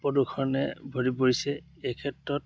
প্ৰদূষণে ভৰি পৰিছে এই ক্ষেত্ৰত